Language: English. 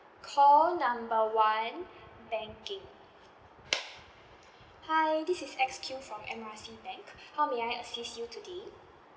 call number one banking hi this is X Q from M R C bank how may I assist you today